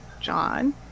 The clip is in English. John